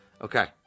Okay